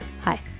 Hi